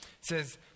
says